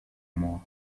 more